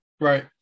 Right